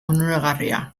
onuragarria